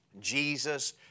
Jesus